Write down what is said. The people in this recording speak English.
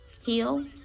heal